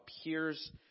appears